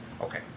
Okay